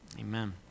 amen